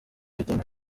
gitondo